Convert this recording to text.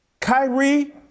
Kyrie